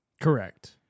Correct